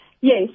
Yes